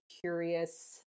curious